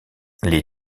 les